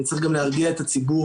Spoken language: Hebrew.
צריך גם להרגיע את הציבור.